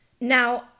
Now